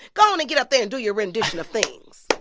go on and get up there and do your rendition of things.